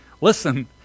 Listen